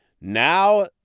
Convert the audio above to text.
Now